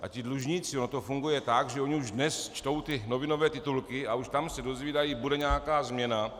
A ti dlužníci ono to funguje tak, že oni už dnes čtou ty novinové titulky a už tam se dozvídají: bude nějaká změna.